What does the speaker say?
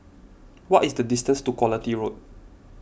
what is the distance to Quality Road